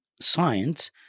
science